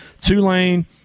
Tulane